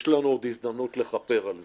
יש לנו עוד הזדמנות לכפר על זה.